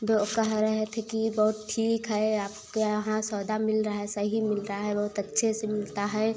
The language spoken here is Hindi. जो कह रहे थे कि बहुत ठीक है आप के यहाँ सौदा मिल रहा है सही मिल रहा है बहुत अच्छे से मिलता है